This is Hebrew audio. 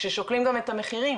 כששוקלים גם את המחירים